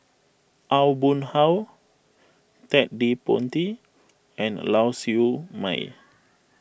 Aw Boon Haw Ted De Ponti and Lau Siew Mei